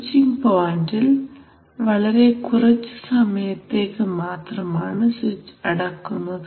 switching പോയന്റിൽ വളരെ കുറച്ച് സമയത്തേക്ക് മാത്രമാണ് സ്വിച്ച് അടക്കുന്നത്